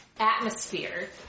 atmosphere